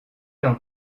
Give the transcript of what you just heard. d’un